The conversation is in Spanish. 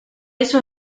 eso